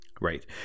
Right